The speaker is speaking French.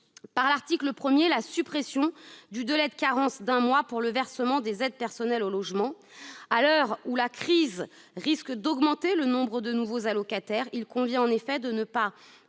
proposition de loi, la suppression du délai de carence d'un mois pour le versement des aides personnelles au logement. À l'heure où la crise risque d'accroître le nombre de nouveaux allocataires, il convient en effet de ne pas